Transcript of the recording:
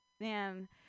Man